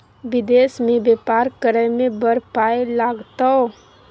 विदेश मे बेपार करय मे बड़ पाय लागतौ